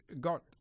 got